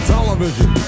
Television